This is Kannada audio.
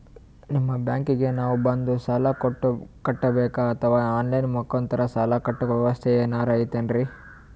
ನಿಮ್ಮ ಬ್ಯಾಂಕಿಗೆ ನಾವ ಬಂದು ಸಾಲ ಕಟ್ಟಬೇಕಾ ಅಥವಾ ಆನ್ ಲೈನ್ ಮುಖಾಂತರ ಸಾಲ ಕಟ್ಟುವ ವ್ಯೆವಸ್ಥೆ ಏನಾರ ಐತೇನ್ರಿ?